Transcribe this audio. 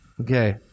Okay